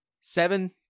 seven